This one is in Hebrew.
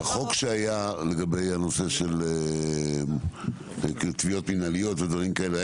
בחוק שהיה לגבי הנושא של תביעות מינהליות ודברים כאלה,